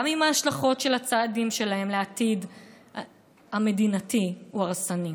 גם אם ההשלכות של הצעדים שלהם לעתיד המדינתי הוא הרסני.